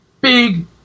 big